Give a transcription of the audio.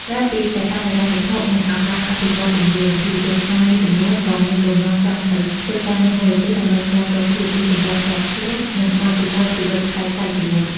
ក្រៅពីកត្តាហិរញ្ញវត្ថុ និងឱកាសអភិវឌ្ឍជំនាញ យុវជនខ្មែរមួយចំនួនក៏មានបំណងចង់ទៅធ្វើការនៅបរទេសដើម្បីស្វែងរកភាពរីកចម្រើនផ្ទាល់ខ្លួន និងបទពិសោធន៍ជីវិតប្លែកៗពីមុន។